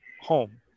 home